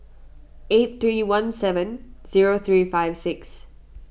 eight three one seven zero three five six